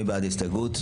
מי בעד קבלת ההסתייגות?